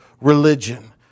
religion